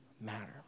matter